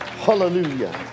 Hallelujah